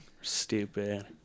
stupid